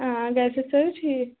آ گرِ چھا سٲری ٹھیٖک